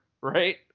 right